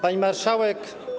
Pani Marszałek!